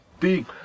big